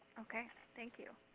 ok. thank you.